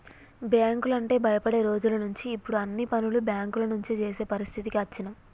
బ్యేంకులంటే భయపడే రోజులనుంచి ఇప్పుడు అన్ని పనులు బ్యేంకుల నుంచే జేసే పరిస్థితికి అచ్చినం